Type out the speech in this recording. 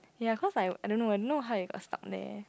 ya cause I I don't know what how it got stuck there